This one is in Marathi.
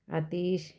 अतीश